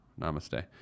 Namaste